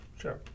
Sure